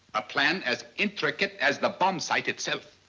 a plan as intricate as the bomb sight itself.